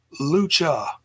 Lucha